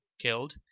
killed